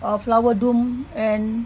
uh flower dome and